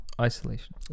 isolation